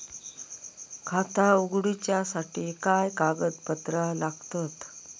खाता उगडूच्यासाठी काय कागदपत्रा लागतत?